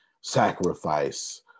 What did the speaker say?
sacrifice